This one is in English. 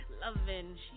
loving